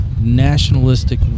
nationalistic